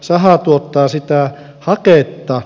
saha tuottaa sitä haketta